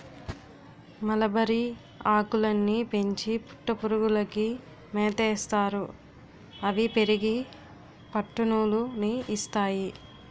మలబరిఆకులని పెంచి పట్టుపురుగులకి మేతయేస్తారు అవి పెరిగి పట్టునూలు ని ఇస్తాయి